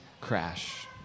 crash